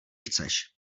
chceš